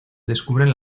descubren